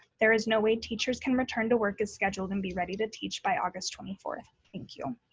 there is no way teachers can return to work as scheduled and be ready to teach by august twenty fourth, thank you.